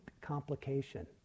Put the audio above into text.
complication